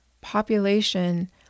population